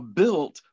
built